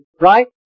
Right